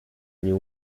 nie